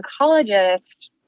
oncologist